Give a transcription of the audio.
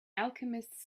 alchemists